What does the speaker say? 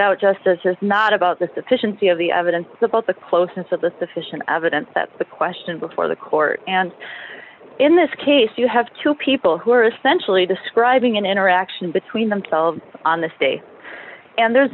out just as just not about the sufficiency of the evidence about the closeness of the sufficient evidence that's the question before the court and in this case you have two people who are essentially describing an interaction between themselves on the stay and there's